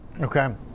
Okay